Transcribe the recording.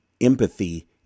empathy